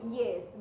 yes